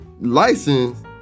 license